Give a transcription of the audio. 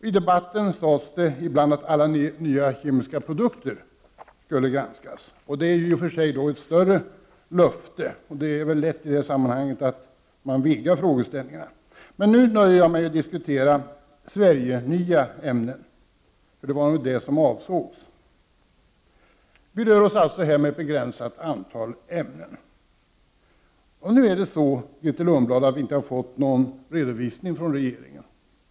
I debattens sades det ibland att alla nya kemiska produkter skulle granskas, vilket i och för sig är ett större löfte. Det är lätt i de här sammanhangen att vidga frågeställningarna. Men jag nöjer mig nu med att diskutera ämnen som är nya i Sverige, eftersom det nog var det som avsågs. Vi rör oss här med ett begränsat antal ämnen. Nu är det så, Grethe Lundblad, att vi inte har fått någon redovisning från regeringen.